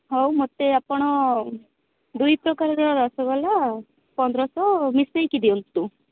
ହଉ ମୋତେ ଆପଣ ଦୁଇ ପ୍ରକାରର ରସଗୋଲା ପନ୍ଦରଶହ ମିଶେଇକି ଦିଅନ୍ତୁ